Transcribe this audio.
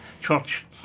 church